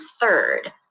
third